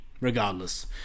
regardless